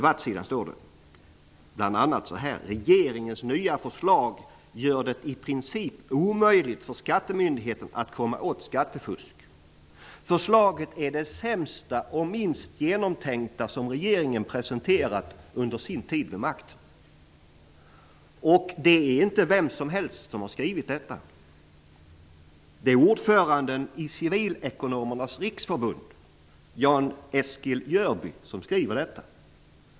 Här står: Regeringens nya förslag gör det i princip omöjligt för skattemyndigheten att komma åt skattefusk. Förslaget är det sämsta och minst genomtänkta som regeringen presenterat under sin tid vid makten. Det är inte vem som helst som skrivit detta. Det är ordföranden i Civilekonomernas riksförbund Jan Eskil Jörby.